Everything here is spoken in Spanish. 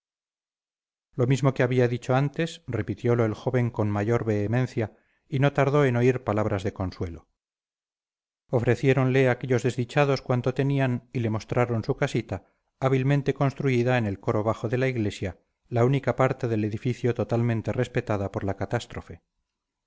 lo mismo que había dicho antes repitiolo el joven con mayor vehemencia y no tardó en oír palabras de consuelo ofreciéronle aquellos desdichados cuanto tenían y le mostraron su casita hábilmente construida en el coro bajo de la iglesia la única parte del edificio totalmente respetada por la catástrofe